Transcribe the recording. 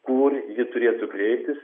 kur ji turėtų kreiptis